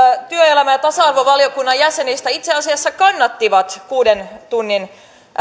työelämä ja ja tasa arvovaliokunnan jäsenistä itse asiassa kannatti kuuden tunnin